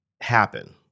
happen